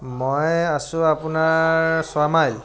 মই আছোঁ আপোনাৰ ছয়মাইল